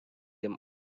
them